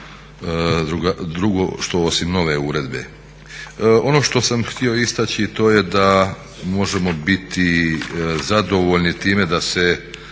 drugo što osim nove uredbe. Ono što sam htio istaći to je da možemo biti zadovoljni time da se